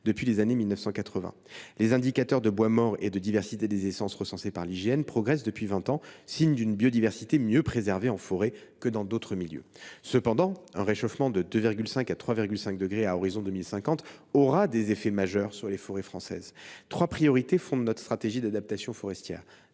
depuis les années 1980. Les indicateurs de bois mort et de diversité des essences recensés par l’IGN progressent depuis vingt ans, signe d’une biodiversité mieux préservée en forêt que dans d’autres milieux. Cependant, un réchauffement de 2,5 à 3,5 degrés Celsius à l’horizon 2050 aura des effets majeurs sur les forêts françaises. Trois priorités fondent notre stratégie d’adaptation forestière